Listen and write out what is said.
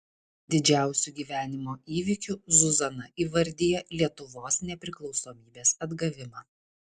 didžiausiu gyvenimo įvykiu zuzana įvardija lietuvos nepriklausomybės atgavimą